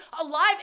alive